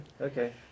Okay